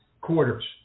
quarters